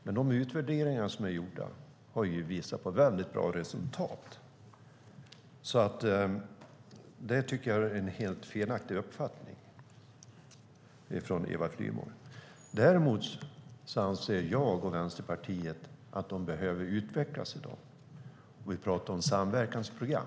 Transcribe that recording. Men de utvärderingar som är gjorda har visat på mycket bra resultat. Jag tycker därför att det är en helt felaktig uppfattning från henne. Däremot anser jag och Vänsterpartiet att de behöver utvecklas, och vi talar om samverkansprogram.